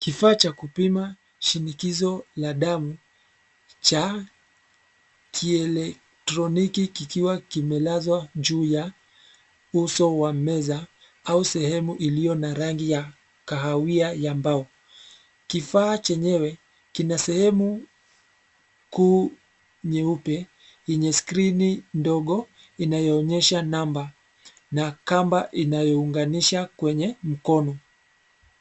Kifaa cha kupima shinikizo la damu, cha, kielotroniki kikiwa kimelazwa juu ya, uso wa meza, au sehemu iliyo na rangi ya, kahawia ya mbao. Kifaa chenyewe, kina sehemu, kuu, nyeupe, yenye skrini ndogo inayoonyesha namba, na kamba inayounganisha kwenye mkono.